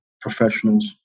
professionals